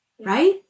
Right